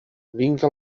vinga